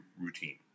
routine